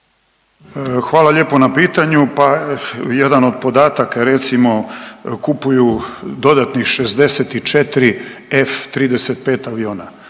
Hvala lijepo na pitanju, pa jedan od podataka je recimo kupuju dodatnih 64 F35 aviona,